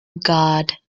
god